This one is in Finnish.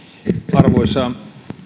arvoisa